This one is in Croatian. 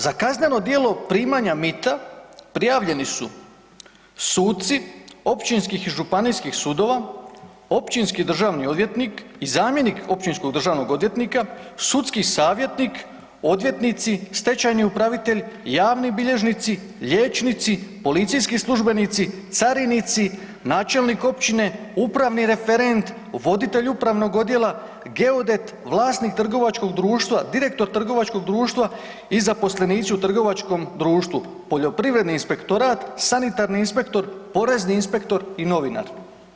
Za kazneno djelo primanja mita prijavljeni su suci općinskih i županijskih sudova, općinski državni odvjetnik i zamjenik općinskog državnog odvjetnika, sudski savjetnik, odvjetnici, stečajni upravitelj, javni bilježnici, liječnici, policijski službenici, carinici, načelnik općine, upravni referent, voditelj upravnog odjela, geodet, vlasnik trgovačkog društva, direktor trgovačkog društva i zaposlenici u trgovačkom društvu, poljoprivredni inspektorat, sanitarni inspektor, porezni inspektor i novinar.